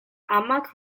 amak